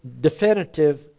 definitive